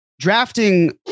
Drafting